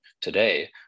today